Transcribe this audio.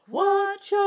watch